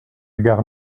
gare